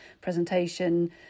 presentation